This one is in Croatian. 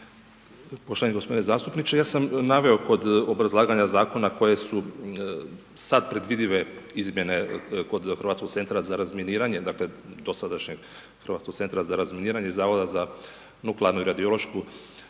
Poštovani gospodine zastupniče, ja sam naveo kod obrazlaganja Zakona koje su sad predvidive izmjene kod Hrvatskog Centra za razminiranje, dakle, dosadašnjeg Hrvatskog Centra za razminiranje i Zavoda za nuklearnu i radiološku